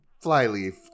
Flyleaf